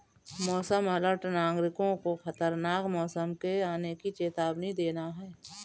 मौसम अलर्ट नागरिकों को खतरनाक मौसम के आने की चेतावनी देना है